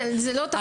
כן, זה לא תחרות.